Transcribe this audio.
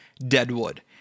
Deadwood